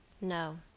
No